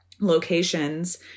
locations